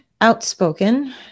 outspoken